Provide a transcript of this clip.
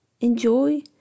Enjoy